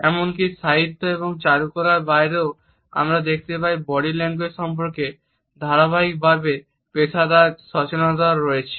এমনকি সাহিত্য এবং চারুকলার বাইরেও আমরা দেখতে পাই যে বডি ল্যাঙ্গুয়েজ সম্পর্কে ধারাবাহিকভাবে পেশাদার সচেতনতা রয়েছে